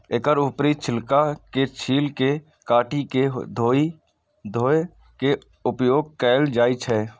एकर ऊपरी छिलका के छील के काटि के धोय के उपयोग कैल जाए छै